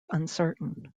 uncertain